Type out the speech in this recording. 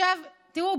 תראו,